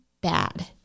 bad